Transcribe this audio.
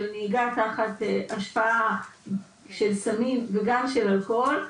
נהיגה תחת השפעה של סמים וגם של אלכוהול,